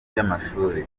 by’amashuri